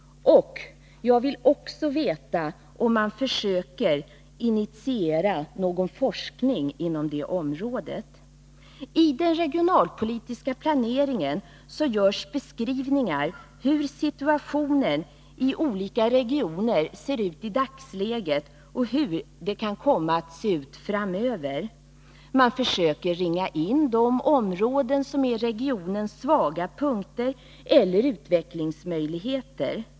Jag vill också veta om man försöker initiera forskning inom detta område. I den regionalpolitiska planeringen görs beskrivningar av hur situationen i olika regioner ser ut i dagsläget och hur det kan komma att se ut framöver. Man försöker ringa in de områden som är regionens svaga punkter eller utvecklingsmöjligheter.